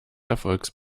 erfolges